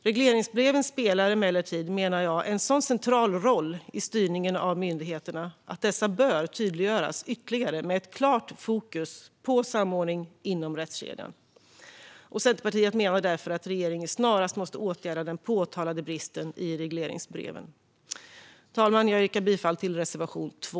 Regleringsbreven spelar emellertid, menar jag, en sådan central roll i styrningen av myndigheterna att dessa bör tydliggöras ytterligare med ett klart fokus på samordning inom rättskedjan. Centerpartiet menar därför att regeringen snarast måste åtgärda den påtalade bristen i regleringsbreven. Fru talman! Jag yrkar bifall till reservation 2.